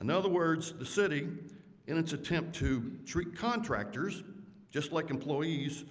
in other words the city in its attempt to shriek contractors just like employees